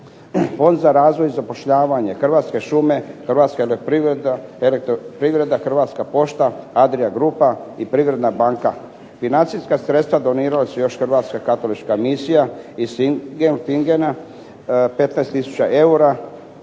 Fond za razvoj i zapošljavanje, Hrvatske šume, Hrvatska elektroprivreda, Hrvatska pošta, Adria grupa, i Privredna grupa, financijska sredstva donirale su još Hrvatska katolička misija iz …/Govornik se